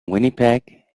winnipeg